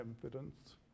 evidence